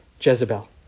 Jezebel